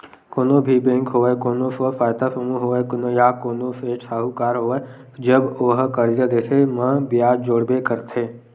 कोनो भी बेंक होवय कोनो स्व सहायता समूह होवय या कोनो सेठ साहूकार होवय जब ओहा करजा देथे म बियाज जोड़बे करथे